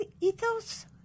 ethos